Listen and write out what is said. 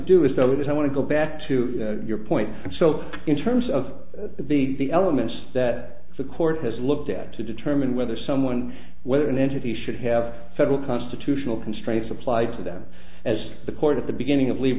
that i want to go back to your point so in terms of the elements that the court has looked at to determine whether someone whether an entity should have federal constitutional constraints applied to them as the court at the beginning of leave